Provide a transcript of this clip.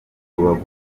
rubavu